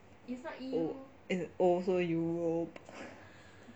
it is 欧 so Europe